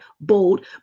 bold